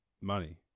money